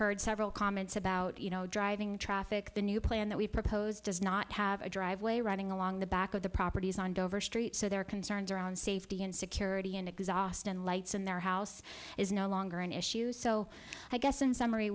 heard several comments about you know driving traffic the new plan that we proposed does not have a driveway running along the back of the properties on dover street so there are concerns around safety and security and exhaust and lights in their house is no longer an issue so i guess in summary